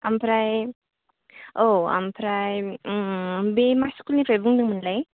ओमफ्राय औ ओमफ्राय बे मा सिकुलनिफराय बुंदों मोनलाय